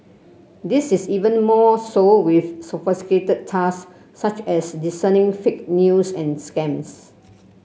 this is even more so with sophisticated task such as discerning fake news and scams